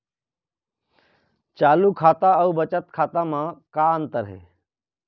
चालू खाता अउ बचत खाता म का अंतर हे?